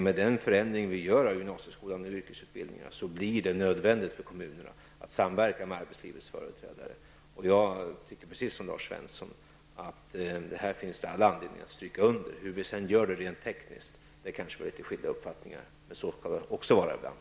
Med den förändring vi gör av gymnasieskolan och yrkesutbildningarna blir det nödvändigt för kommunerna att samverka med arbetslivets företrädare. Jag tycker precis som Lars Svensson att det finns all anledning att stryka under detta. Hur det skall gå till rent tekniskt har vi kanske litet skilda uppfattningar om. Men så kan det också vara ibland.